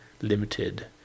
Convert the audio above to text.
limited